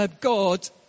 God